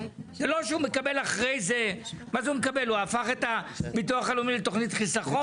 הוא לא הפך את הביטוח הלאומי לתכנית חיסכון.